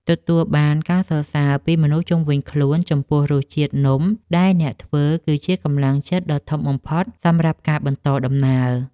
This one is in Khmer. ទទួលបានការសរសើរពីមនុស្សជុំវិញខ្លួនចំពោះរសជាតិនំដែលអ្នកធ្វើ គឺជាកម្លាំងចិត្តដ៏ធំបំផុតសម្រាប់ការបន្តដំណើរ។